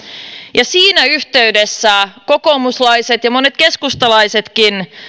ja siinä yhteydessä kokoomuslaiset ja monet keskustalaisetkin